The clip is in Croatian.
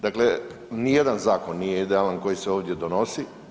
Dakle, nijedan zakon nije idealan koji se ovdje donosi.